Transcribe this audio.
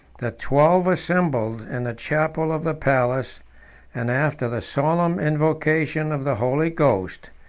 the twelve assembled in the chapel of the palace and after the solemn invocation of the holy ghost,